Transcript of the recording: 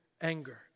anger